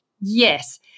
Yes